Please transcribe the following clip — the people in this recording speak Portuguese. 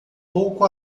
pouco